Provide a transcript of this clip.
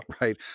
Right